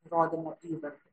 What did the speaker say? rodymo įvardį